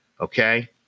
okay